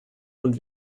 und